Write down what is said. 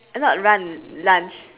eh not run lunch